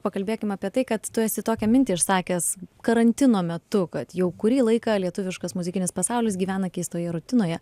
pakalbėkim apie tai kad tu esi tokią mintį išsakęs karantino metu kad jau kurį laiką lietuviškas muzikinis pasaulis gyvena keistoje rutinoje